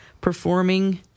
performing